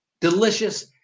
delicious